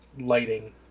lighting